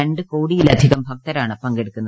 രണ്ടു കോടിയിലധികം ഭക്തരാണ് പങ്കെടുക്കുന്നത്